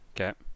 Okay